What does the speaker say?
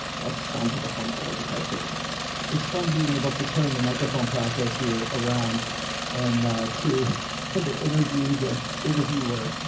that sounds like a fun goal to try to figure out. joe it's fun being able to turn the microphone process here around and to end the interview, the interviewer,